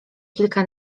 kilka